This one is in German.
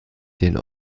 den